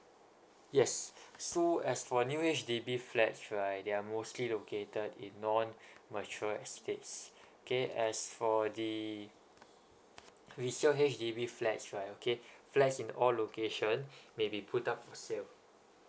yes so as for new H_D_B flats right they are mostly located in non mature estates okay as for the resale H_D_B flats right okay flats in all location maybe put up for sale